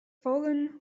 fallen